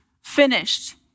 finished